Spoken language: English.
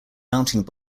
mounting